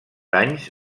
anys